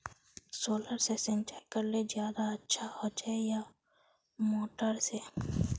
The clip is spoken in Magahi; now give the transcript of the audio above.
सोलर से सिंचाई करले ज्यादा अच्छा होचे या मोटर से?